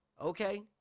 Okay